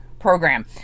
program